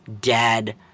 dead